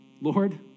Lord